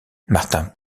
martin